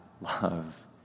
love